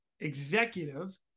executive